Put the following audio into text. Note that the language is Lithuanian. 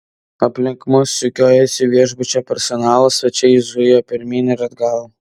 aplink mus sukiojosi viešbučio personalas svečiai zujo pirmyn ir atgal